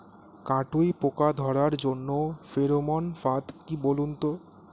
কাটুই পোকা ধরার জন্য ফেরোমন ফাদ কি বলুন তো?